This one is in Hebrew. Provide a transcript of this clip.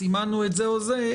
סימנו את זה או זה,